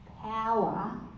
power